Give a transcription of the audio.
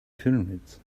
pyramids